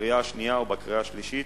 בקריאה השנייה ובקריאה השלישית